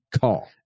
call